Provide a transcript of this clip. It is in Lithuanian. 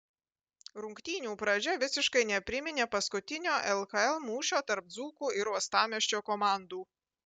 rungtynių pradžia visiškai nepriminė paskutinio lkl mūšio tarp dzūkų ir uostamiesčio komandų